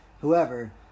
whoever